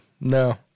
no